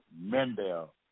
Mendel